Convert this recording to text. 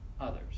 others